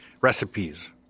recipes